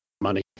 money